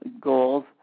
goals